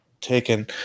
taken